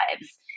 lives